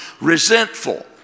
resentful